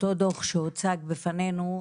אותו דוח שהוצג בפנינו,